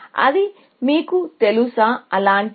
అది మీకు తెలుసా అలాంటిదే